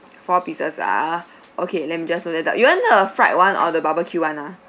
four pieces ah okay let me just note that down you want the fried [one] or the barbecue [one] ah